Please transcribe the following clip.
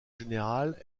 général